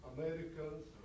Americans